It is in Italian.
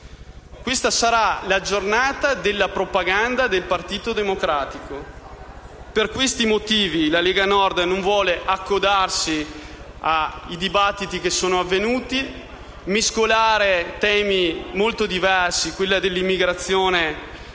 Quella sarà la giornata della propaganda del Partito Democratico. Per questi motivi la Lega Nord non vuole accodarsi ai dibattiti che si sono svolti e mescolare temi molto diversi, quale la migrazione